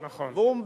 והוא,